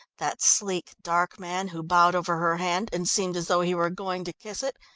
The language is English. that sleek, dark man, who bowed over her hand and seemed as though he were going to kiss it,